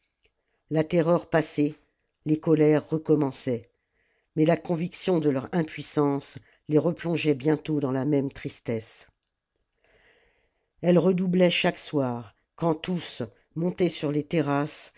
la terreur passée les colères recommençaient mais la conviction de leur impuissance les replongeait bientôt dans la même tristesse elle redoublait chaque soir quand tous montés sur les terrasses